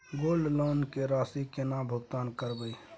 Gold loan के राशि केना भुगतान करबै?